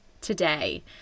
today